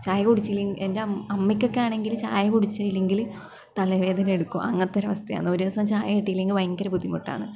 ചായ കുടിച്ചില്ലെങ്കിൽ എന്റെ അമ്മയ്ക്ക് ഒക്കെ ആണെങ്കിൽ ചായ കുടിച്ചില്ലെങ്കില് തലവേദന എടുക്കും അങ്ങത്തെ ഒരു അവസ്ഥയാണ് ഒരു ദിവസം ചായ കിട്ടിയില്ലെങ്കിൽ ഭയങ്കര ബുദ്ധിമുട്ടാണ്